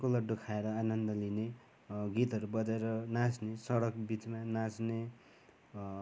भाङ्गको लड्डु खाएर आनन्द लिने गीतहरू बजाएर नाच्ने सडक बिचमा नाच्ने